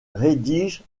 rédige